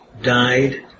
died